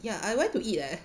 ya I went to eat leh